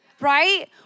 right